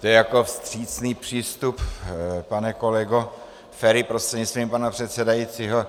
To je jako vstřícný přístup, pane kolego Feri, prostřednictvím pana předsedajícího?